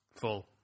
full